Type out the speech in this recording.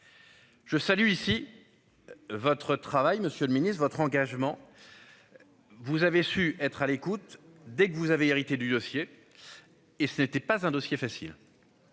Je salue ici. Votre travail. Monsieur le Ministre, votre engagement. Vous avez su être à l'écoute. Dès que vous avez hérité du dossier. Et ce n'était pas un dossier facile.